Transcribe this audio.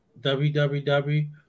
www